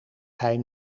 hij